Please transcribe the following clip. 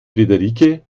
frederike